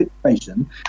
situation